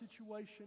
situation